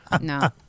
No